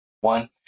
one